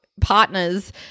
partners